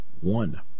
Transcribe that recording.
One